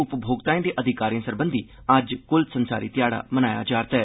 उपभोक्ताएं दे अधिकारें सरबंधी अज्ज कुल संसारी ध्याड़ा मनाया जा'रदा ऐ